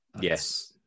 Yes